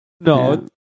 no